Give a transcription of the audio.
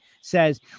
says